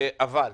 אחרי